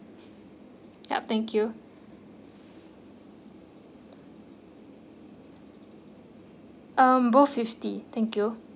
yup thank you um both fifty thank you